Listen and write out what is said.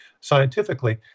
scientifically